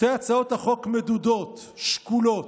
שתי הצעות החוק מדודות, שקולות.